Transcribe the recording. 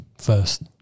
first